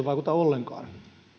vaikuta ollenkaan